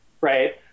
right